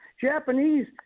Japanese